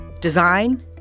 design